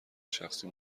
شخصی